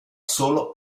solo